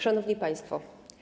Szanowni Państwo!